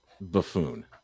buffoon